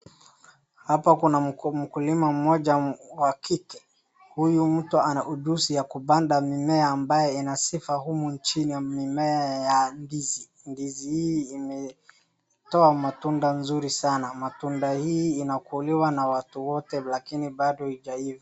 Hapa kuna mkulima mmoja wakike huyu mtu ana ujuzi ya kupanda mimea ambaye inasifa humu nchini, mimea ya ndizi. Ndizi hii imetoa matunda nzuri sana. Matunda hii inakuliwa na watu wote lakini bado haijaiva.